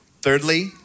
Thirdly